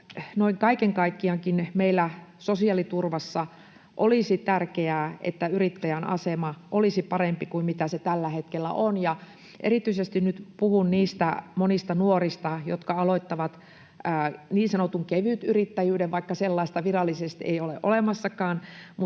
noin kaiken kaikkiaankin meillä sosiaaliturvassa olisi tärkeää, että yrittäjän asema olisi parempi kuin mitä se tällä hetkellä on. Ja erityisesti nyt puhun niistä monista nuorista, jotka aloittavat niin sanotun kevytyrittäjyyden — vaikka sellaista ei virallisesti ole olemassakaan,